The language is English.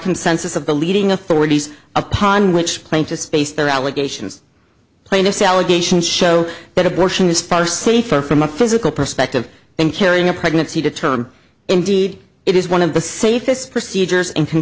consensus of the leading authorities upon which claim to space their allegations plaintiff's allegations show that abortion is far safer from a physical perspective than carrying a pregnancy to term indeed it is one of the safest procedures in